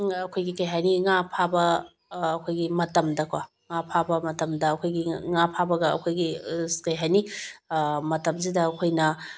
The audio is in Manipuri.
ꯑꯩꯈꯣꯏꯒꯤ ꯀꯩ ꯍꯥꯏꯅꯤ ꯉꯥ ꯐꯥꯕ ꯑꯩꯈꯣꯏꯒꯤ ꯃꯇꯝꯗꯀꯣ ꯉꯥ ꯐꯥꯕ ꯃꯇꯝꯗ ꯑꯩꯈꯣꯏꯒꯤ ꯉꯥ ꯐꯥꯕꯒ ꯑꯩꯈꯣꯏꯒꯤ ꯀꯔꯤ ꯍꯥꯏꯅꯤ ꯃꯇꯝꯁꯤꯗ ꯑꯩꯈꯣꯏꯅ